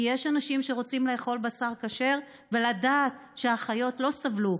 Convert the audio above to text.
כי יש אנשים שרוצים לאכול בשר כשר ולדעת שהחיות לא סבלו,